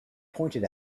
pointed